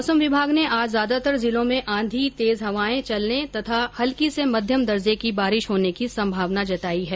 मौसम विभाग ने आज ज्यादातर जिलों में आधी तेज हवायें चलने तथा हल्की से मध्यम दर्जे की बारिश होने की संभावना जताई है